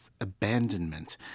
abandonment